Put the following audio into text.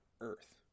earth